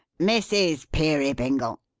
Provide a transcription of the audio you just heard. mrs. peerybingle!